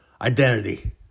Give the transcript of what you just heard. identity